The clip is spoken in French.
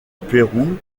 pérou